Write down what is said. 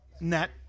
net